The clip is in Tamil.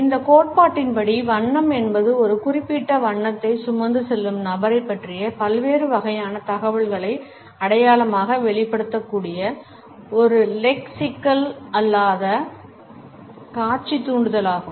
இந்த கோட்பாட்டின் படி வண்ணம் என்பது ஒரு குறிப்பிட்ட வண்ணத்தை சுமந்து செல்லும் நபரைப் பற்றிய பல்வேறு வகையான தகவல்களை அடையாளமாக வெளிப்படுத்தக்கூடிய ஒரு லெக்சிக்கல் அல்லாத காட்சி தூண்டுதலாகும்